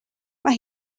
mae